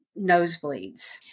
nosebleeds